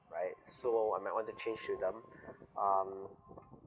right so I might want to change to them um